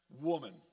woman